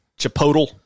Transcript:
Chipotle